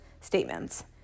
statements